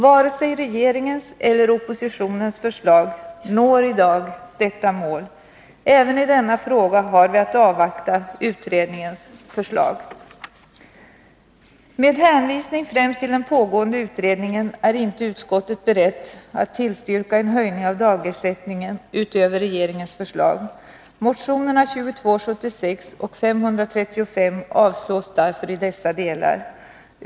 Varken regeringens eller oppositionens förslag når i:dag detta mål. Även i denna fråga måste vi avvakta utredningens förslag. Med hänvisning främst till den pågående utredningen är utskottet inte berett att tillstyrka en höjning av dagersättningen utöver regeringens förslag. Motionerna 2276 och 535 avstyrks därför i dessa delar.